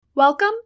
Welcome